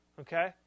okay